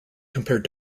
compared